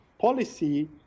policy